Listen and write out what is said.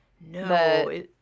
no